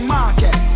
Market